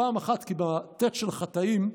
פעם אחת כי בט' של "חטאים",